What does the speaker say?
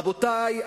רבותי,